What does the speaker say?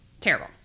Terrible